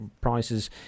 prices